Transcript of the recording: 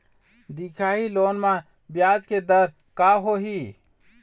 दिखाही लोन म ब्याज के दर का होही?